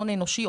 הון אנושי,